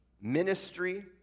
ministry